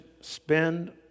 spend